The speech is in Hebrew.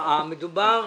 מדובר